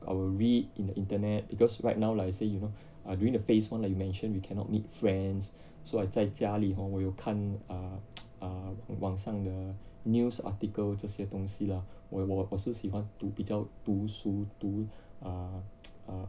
I will read in the internet because right now like I say you know err during the phase one like you mentioned we cannot meet friends so I 在家里 hor 我有看 uh uh 网上的 news article 这些东西啦我我我是喜欢读比较读书读 err err